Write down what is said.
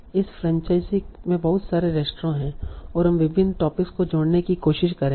इस फ्रैंचाइज़ी में बहुत सारे रेस्तरां हैं और हम विभिन्न टॉपिक्स को जोड़ने की कोशिश करेंगे